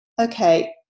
okay